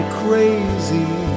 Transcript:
crazy